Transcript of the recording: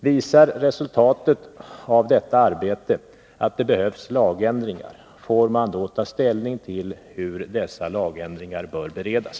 Visar resultatet av detta arbete att det behövs lagändringar, får man då ta ställning till hur dessa lagändringar bör beredas.